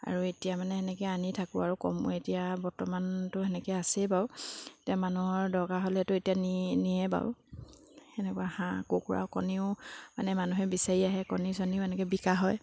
আৰু এতিয়া মানে সেনেকৈ আনি থাকোঁ আৰু কম এতিয়া বৰ্তমানতো সেনেকৈ আছেই বাৰু এতিয়া মানুহৰ দৰকাৰ হ'লেতো এতিয়া নি নিয়ে বাৰু সেনেকুৱা হাঁহ কুকুৰা কণীও মানে মানুহে বিচাৰি আহে কণী চনীও এনেকৈ বিকা হয়